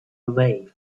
away